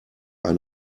ein